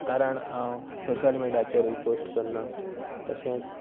कारण हांव सोशल मिडियाचेरूय पोस्ट करिना तशेंच